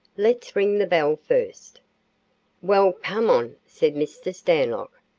let's ring the bell first well, come on, said mr. stanlock.